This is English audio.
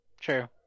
True